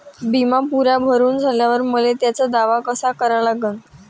बिमा पुरा भरून झाल्यावर मले त्याचा दावा कसा करा लागन?